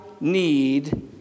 need